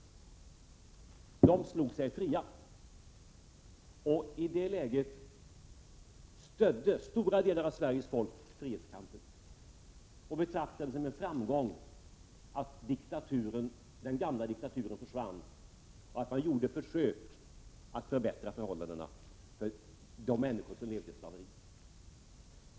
Folket slog sig fritt, och i det läget stödde stora delar av Sveriges folk frihetskampen och betraktade det som en framgång att den gamla diktaturen försvann och att man gjorde försök att förbättra förhållandena för de människor som levde i slaveri.